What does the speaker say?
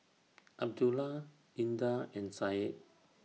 Abdullah Indah and Syed